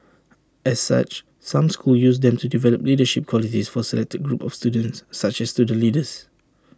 as such some schools use them to develop leadership qualities for selected groups of students such as student leaders